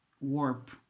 warp